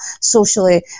socially